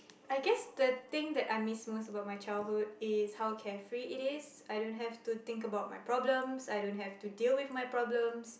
I guess the thing I miss most about my childhood is how carefree it is I don't have to think about my problems I don't have to deal with my problems